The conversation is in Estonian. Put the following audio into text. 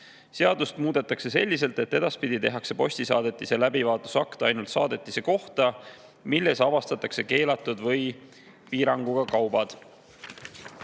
Seadust muudetakse selliselt, et edaspidi tehakse postisaadetise läbivaatuse akt ainult saadetise kohta, milles avastatakse keelatud või piiranguga kaubad.